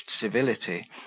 civility